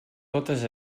totes